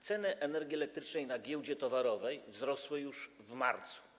Ceny energii elektrycznej na giełdzie towarowej wzrosły już w marcu.